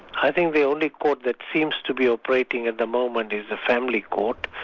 i think the only court that seems to be operating at the moment is the family court.